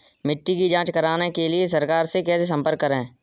मिट्टी की जांच कराने के लिए सरकार से कैसे संपर्क करें?